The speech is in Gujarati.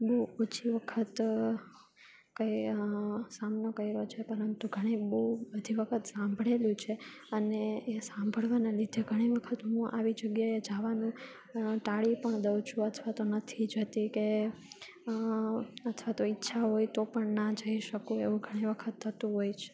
બહુ ઓછી વખત કંઈ સામનો કયરો છે પરંતુ ઘણી બહુ બધી વખત સાંભળેલું છે અને એ સાંભળવાના લીધે ઘણી વખત હું આવી જગ્યાએ જવાનું ટાળી પણ દઉં છું અથવા તો નથી જતી કે અથવા તો ઈચ્છા હોય તો પણ ના જઈ શકું એવું ઘણી વખત થતું હોય છે